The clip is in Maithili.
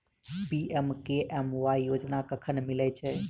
पी.एम.के.एम.वाई योजना कखन मिलय छै?